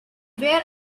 where